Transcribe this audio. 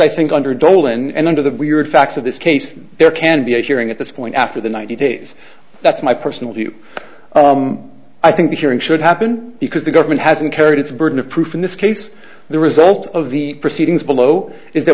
i think under dolan and under the facts of this case there can be a hearing at this point after the ninety days that's my personal view i think the hearing should happen because the government has incurred its burden of proof in this case the result of the proceedings below is that